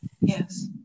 Yes